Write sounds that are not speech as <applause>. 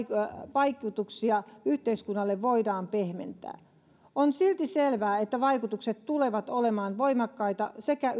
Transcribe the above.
vaikutuksia yhteiskunnalle voidaan pehmentää on silti selvää että vaikutukset tulevat olemaan voimakkaita sekä <unintelligible>